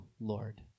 Lord